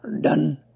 done